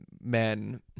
men